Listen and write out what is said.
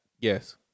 Yes